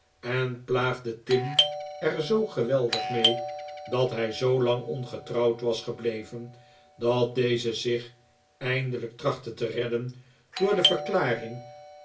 en plaagde tim er zoo geweldig mee dat hij zoolang ongetrouwd was gebleven dat deze zich eindelijk trachtte te redden door de verklaring